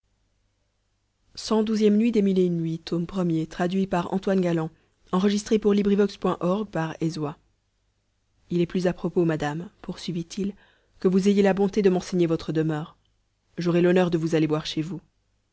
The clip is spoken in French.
il est plus à propos madame poursuivit-il que vous ayez la bonté de m'enseigner votre demeure j'aurai l'honneur de vous aller voir chez vous